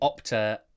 opta